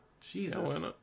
Jesus